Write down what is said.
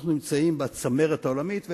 אנחנו בצמרת העולמית,